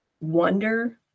wonder